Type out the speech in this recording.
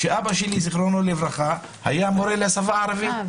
כשאבא שלי ז"ל היה מורה לשפה הערבית.